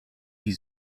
die